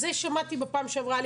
זה שמעתי בפעם שעברה.